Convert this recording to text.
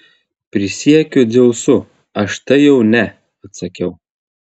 prisiekiu dzeusu aš tai jau ne atsakiau